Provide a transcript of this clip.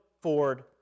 Ford